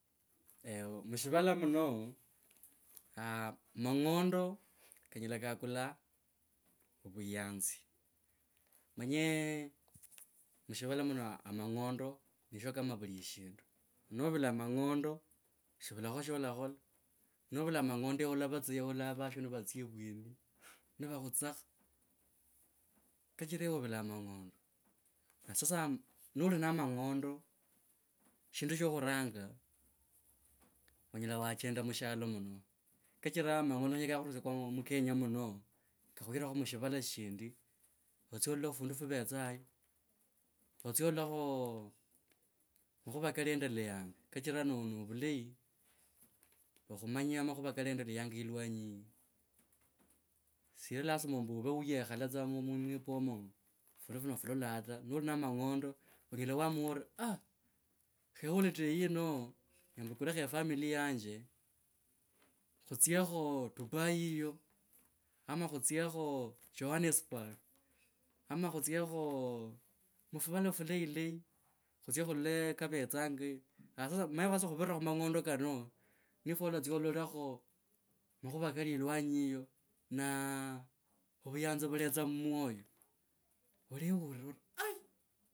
mushivala muno aah mang’ondo kanyela kakula vuyanzi. Omanye mushivala muno ama amang’ondo nisho kama vuli shindu novula mang’ondo ewe olava tsa yahoo olalola vasho nivatsia iuweni nivokhutseka kachira ewe ovula amang’ondo. Na sasa noli na amang’ondo shindu shokhuranga onyela wachenda nu shialo muno kachira mang’ondo kanyela kakhurusia mu kenya muno kakhurekho mushivala shindig otsie olole fundu fuvetsayo otsie ololokho makhuva kalaendelea kachira no, novulai okhumanya makhuva kalaendeleanga ilwanyi eyi siri lasima ombu ovo weyekhala tsa mwiboma fundu funo gofilala ta noli na mang’ondo onyela waamua arii aah khe holiday yino mbukulekho e family yanje khutsiekho dubai hiyo ama khutsiekho johannesburg ama khutsiekho mufuvala fulayi layi khutsie khulole kavetsangeya aah sasa omanye sasa khuvira khu mang’ondo kano nifwo olatsia ololekho makhuva kali ilwanyi hiyo. Na avuyanzi vutetsa mu mwoyo oleurra ori aaaih